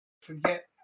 Forget